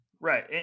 Right